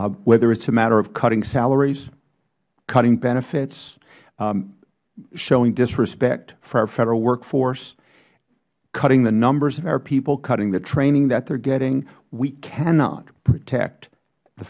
workforce whether it is a matter of cutting salaries cutting benefits showing disrespect for our federal workforce cutting the numbers of our people cutting the training that they are getting we cannot protect the